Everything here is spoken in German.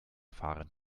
fahren